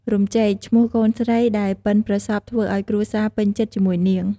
រំចេក ឈ្មោះកូនស្រីដែលពិនប្រសប់ធ្វើអោយគ្រួសារពេញចិត្តជាមួយនាង។